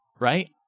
right